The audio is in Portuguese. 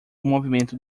movimento